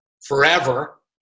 forever